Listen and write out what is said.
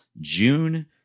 June